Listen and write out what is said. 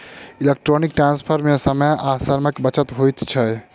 electronic transfer मे समय आ श्रमक बचत होइत छै